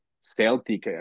Celtic